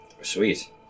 sweet